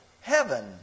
heaven